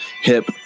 hip